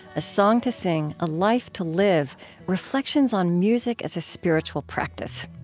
a song to sing, a life to live reflections on music as a spiritual practice.